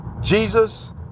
Jesus